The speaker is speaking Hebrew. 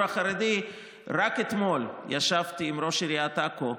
החרדי רק אתמול ישבתי עם ראש עיריית עכו.